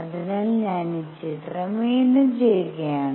അതിനാൽ ഞാൻ ഈ ചിത്രം വീണ്ടും ചെയ്യുകയാണ്